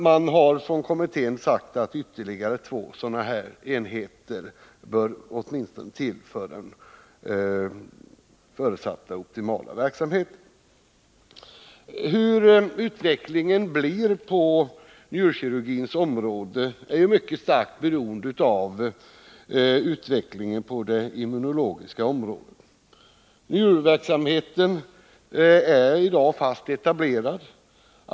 Man har från kommittén sagt att åtminstone ytterligare två sådana här enheter bör till för en förutsatt optimal verksamhet. Hur utvecklingen blir på njurkirurgins område är mycket starkt beroende av utvecklingen på det immunologiska området. Verksamheten är i dag fast etablerad.